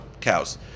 cows